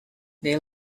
they